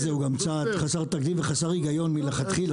הוא צעד יחסר תקדים וחסר היגיון מלכתחילה.